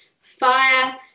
fire